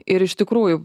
ir iš tikrųjų